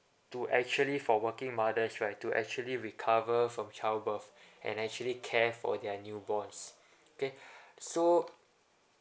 to actually for working mothers right to actually recover from child birth and actually care for their new borns okay so